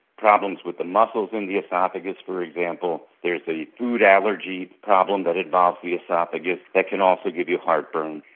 problems with the muscles in the oesophagus, for example, there's a food allergy problem that involves the oesophagus that can also give you heartburn,